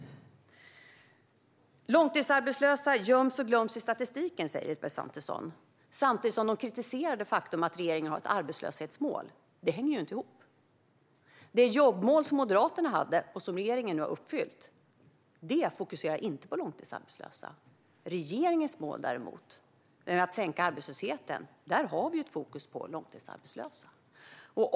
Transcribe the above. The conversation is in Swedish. Långtidsarbetslösa göms och glöms i statistiken, säger Elisabeth Svantesson. Samtidigt kritiserar hon det faktum att regeringen har ett arbetslöshetsmål. Detta hänger inte ihop. Det jobbmål som Moderaterna hade och som regeringen nu har uppfyllt fokuserade inte på långtidsarbetslösa. I regeringens mål om att sänka arbetslösheten finns ett fokus på långtidsarbetslösa.